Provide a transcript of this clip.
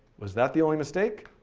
was that the only mistake?